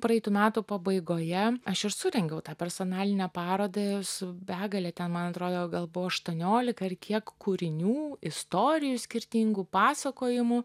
praeitų metų pabaigoje aš ir surengiau tą personalinę parodą su begale ten man atrodo gal buvo aštuoniolika ar kiek kūrinių istorijų skirtingų pasakojimų